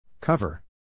Cover